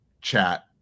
chat